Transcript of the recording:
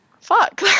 fuck